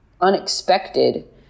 unexpected